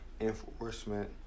enforcement